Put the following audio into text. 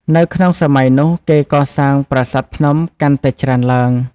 នៅក្នុងសម័យនោះគេកសាងប្រាសាទភ្នំ កាន់តែច្រើនឡើង ។